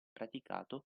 praticato